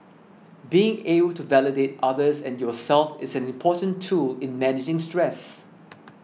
being able to validate others and yourself is an important tool in managing stress